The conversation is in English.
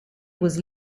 was